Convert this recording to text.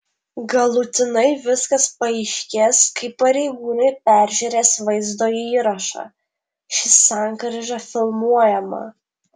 galutinai viskas paaiškės kai pareigūnai peržiūrės vaizdo įrašą ši sankryža filmuojama